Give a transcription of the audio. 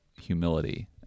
humility